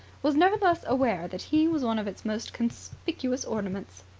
was nevertheless aware that he was one of its most conspicuous ornaments.